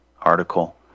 article